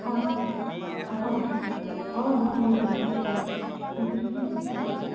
হয় হয় হয় হয় অঁ মই